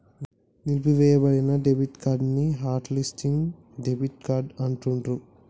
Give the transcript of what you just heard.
నిలిపివేయబడిన debit card ని hot listing debit card అంటాండ్రు